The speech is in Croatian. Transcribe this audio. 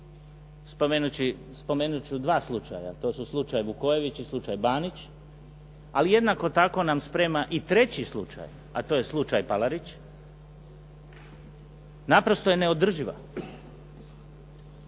spomenut ću dva slučaja, to su slučaj Vukojević i slučaj Banić, ali jednako tako nam sprema i treći slučaj, a to je slučaj Palarić, naprosto je neodrživa.